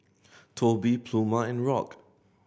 Tobie Pluma and Rock